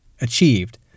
achieved